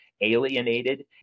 alienated